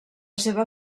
seva